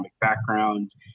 backgrounds